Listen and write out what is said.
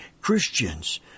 Christians